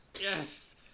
Yes